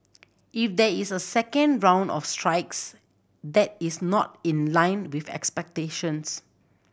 if there is a second round of strikes that is not in line with expectations